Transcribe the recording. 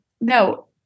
No